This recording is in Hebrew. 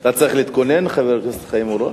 אתה צריך להתכונן, חבר הכנסת חיים אורון?